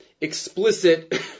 explicit